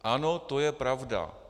Ano, to je pravda.